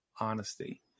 honesty